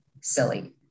silly